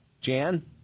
Jan